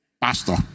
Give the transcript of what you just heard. Pastor